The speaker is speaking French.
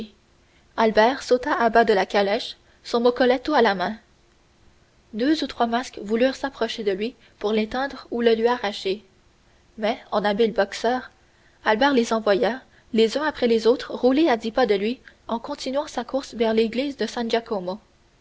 albert sauta à bas de la calèche son moccoletto à la main deux ou trois masques voulurent s'approcher de lui pour l'éteindre ou le lui arracher mais en habile boxeur albert les envoya les uns après les autres rouler à dix pas de lui en continuant sa course vers l'église de